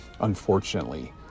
unfortunately